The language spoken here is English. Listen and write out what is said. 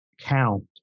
count